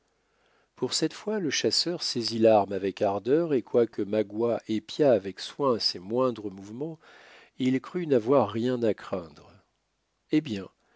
pour cette fois le chasseur saisit l'arme avec ardeur et quoique magua épiât avec soin ses moindres mouvements il crut n'avoir rien à craindre eh bien